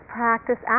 practice